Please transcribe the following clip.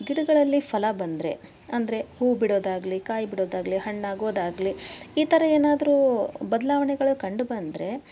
ಗಿಡಗಳಲ್ಲಿ ಫಲ ಬಂದರೆ ಅಂದರೆ ಹೂ ಬಿಡೋದಾಗಲಿ ಕಾಯಿ ಬಿಡೋದಾಗಲಿ ಹಣ್ಣಾಗೋದಾಗಲಿ ಈ ಥರ ಏನಾದರೂ ಬದಲಾವಣೆಗಳು ಕಂಡುಬಂದರೆ